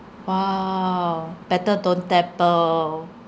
!wow! better don't dabble